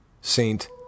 Saint